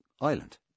island